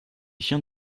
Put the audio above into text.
chiens